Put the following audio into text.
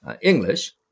English